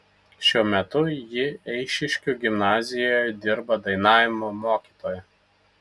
šiuo metu ji eišiškių gimnazijoje dirba dainavimo mokytoja